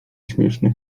śmieszny